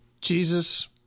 Jesus